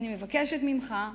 אני מבקשת ממך,